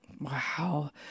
Wow